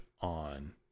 on